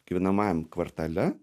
gyvenamajam kvartale